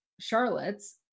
Charlottes